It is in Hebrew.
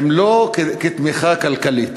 היא לא כתמיכה כלכלית